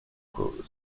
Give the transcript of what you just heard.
cause